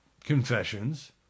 confessions